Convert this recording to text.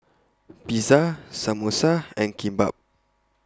Pizza Samosa and Kimbap